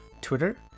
Twitter